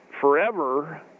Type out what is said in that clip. forever –